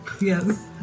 Yes